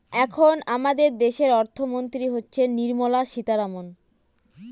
এখন আমাদের দেশের অর্থমন্ত্রী হচ্ছেন নির্মলা সীতারামন